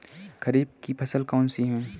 खरीफ की फसल कौन सी है?